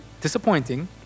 disappointing